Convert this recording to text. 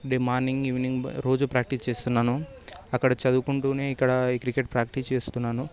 day morning evening రోజూ practice చేస్తున్నాను అక్కడ చదువుకుంటూనే ఇక్కడ ఈ క్రికెట్ ప్రాక్టీస్ చేస్తున్నాను